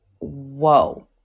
whoa